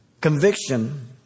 Conviction